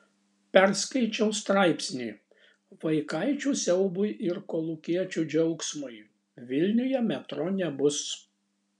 perskaičiau straipsnį vaikaičių siaubui ir kolūkiečių džiaugsmui vilniuje metro nebus